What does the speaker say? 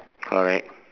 correct